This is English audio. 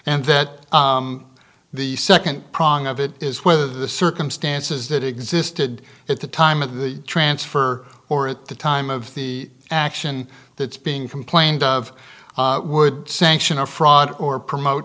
and that the second prong of it is whether the circumstances that existed at the time of the transfer or at the time of the action that's being complained of would sanction or fraud or promote